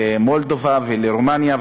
למולדובה ולרומניה,